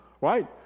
right